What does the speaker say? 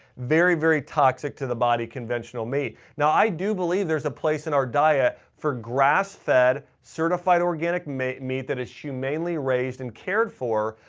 very, very toxic to the body, conventional meat. now, i do believe there's a place in our diet for grass-fed certified organic meat meat that is humanely raised and cared for.